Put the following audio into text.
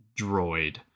droid